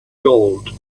gold